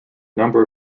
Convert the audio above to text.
number